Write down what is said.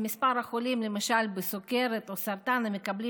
למספרי החולים למשל בסוכרת או בסרטן שמקבלים